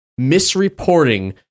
misreporting